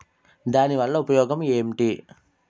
దాని వల్ల ఉపయోగం ఎంటి?